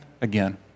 again